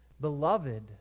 Beloved